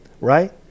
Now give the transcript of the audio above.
right